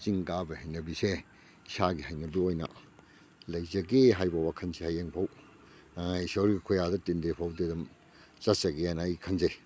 ꯆꯤꯡ ꯀꯥꯕꯩ ꯍꯩꯅꯕꯤꯁꯦ ꯏꯁꯥꯒꯤ ꯍꯩꯅꯕꯤ ꯑꯣꯏꯅ ꯂꯩꯖꯒꯦ ꯍꯥꯏꯕ ꯋꯥꯈꯟꯁꯦ ꯍꯌꯦꯡ ꯐꯥꯎ ꯏꯁꯣꯔꯒꯤ ꯈꯨꯌꯥꯗ ꯇꯤꯟꯗ꯭ꯔꯤ ꯐꯥꯎꯗꯤ ꯑꯗꯨꯝ ꯆꯠꯆꯒꯦꯅ ꯑꯩ ꯈꯟꯖꯩ